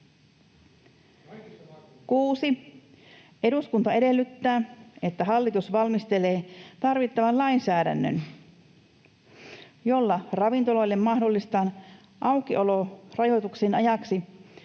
6. Eduskunta edellyttää, että hallitus valmistelee tarvittavan lainsäädännön, jolla ravintoloille mahdollistetaan aukiolorajoituksien ajaksi